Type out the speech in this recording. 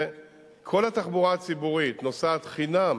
כל התחבורה הציבורית נוסעת חינם